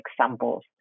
examples